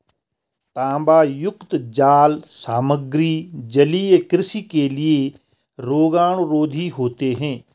तांबायुक्त जाल सामग्री जलीय कृषि के लिए रोगाणुरोधी होते हैं